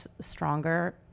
stronger